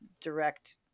direct